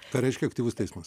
ką reiškia aktyvus teismas